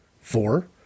Four